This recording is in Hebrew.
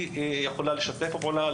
היא יכולה לשתף פעולה,